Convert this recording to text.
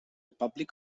public